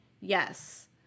Yes